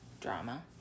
Drama